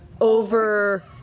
over